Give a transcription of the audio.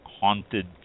haunted